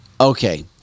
Okay